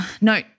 No